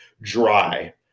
dry